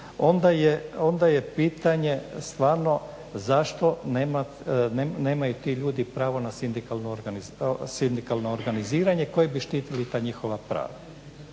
onda je pitanje stvarno zašto nemaju ti ljudi pravo na sindikalno organiziranje koji bi štitili ta njihova prava